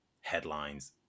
headlines